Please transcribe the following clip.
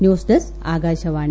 news desk Akashvani